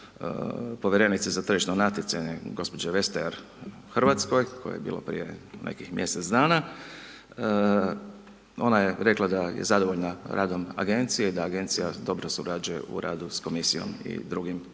povjerenice za tržišno natjecanje gospođe Vestager u Hrvatsko koje je bilo prije nekih mjesec dana. Ona je rekla da je zadovoljna radom agencija, da agencija dobro surađuje u radu sa komisijom i drugim nacionalnim